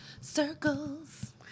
circles